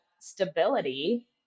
stability